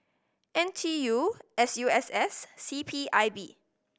N T U S U S S C P I B